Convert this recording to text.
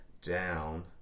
down